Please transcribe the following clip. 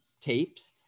tapes